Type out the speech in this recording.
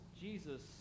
Jesus